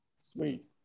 Sweet